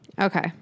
okay